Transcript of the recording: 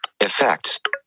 effect